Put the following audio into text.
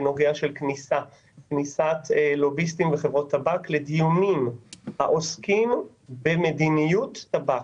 בנוגע לכניסת לוביסטים וחברות טבק לדיונים העוסקים במדיניות טבק.